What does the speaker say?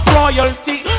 royalty